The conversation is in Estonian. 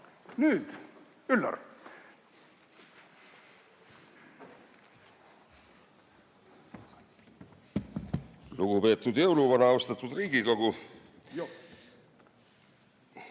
nüüd, Üllar! Lugupeetud jõuluvana! Austatud Riigikogu!